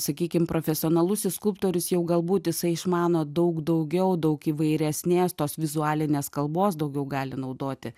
sakykim profesionalusis skulptorius jau galbūt jisai išmano daug daugiau daug įvairesnės tos vizualinės kalbos daugiau gali naudoti